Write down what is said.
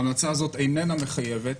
ההמלצה הזאת איננה מחייבת.